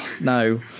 no